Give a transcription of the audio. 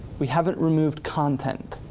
we haven't removed content.